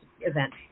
event